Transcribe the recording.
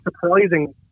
surprising